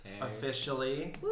officially